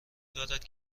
دارد